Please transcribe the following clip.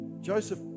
Joseph